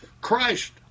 christ